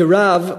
כרב,